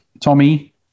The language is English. Tommy